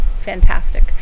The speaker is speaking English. fantastic